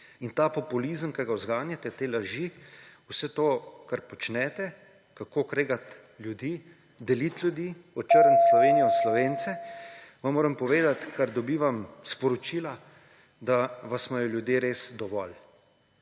Ta populizem, ki ga zganjate, te laži, vse to, kar počnete, kako kregati ljudi, deliti ljudi, očrniti Slovenijo, Slovence, vam moram povedati, ker dobivam sporočila, da vas imajo ljudje res dovolj.